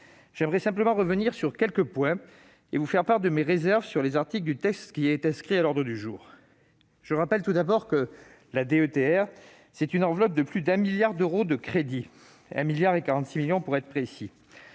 J'aimerais simplement revenir sur quelques points et vous faire part de mes réserves sur les articles du texte inscrit à l'ordre du jour. Je rappelle que la DETR, c'est d'abord une enveloppe de plus de 1 milliard d'euros de crédits : 1,046 milliard pour être précis.